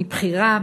מבחירה,